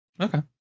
Okay